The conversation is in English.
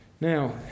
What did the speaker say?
Now